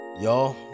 Y'all